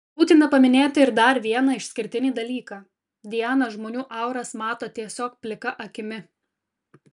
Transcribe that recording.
būtina paminėti ir dar vieną išskirtinį dalyką diana žmonių auras mato tiesiog plika akimi